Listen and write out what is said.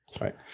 Right